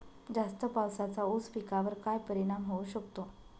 जास्त पावसाचा ऊस पिकावर काय परिणाम होऊ शकतो?